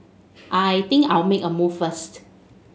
I think I'll make a move first